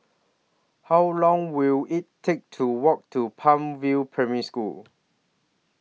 How Long Will IT Take to Walk to Palm View Primary School